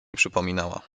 przypominała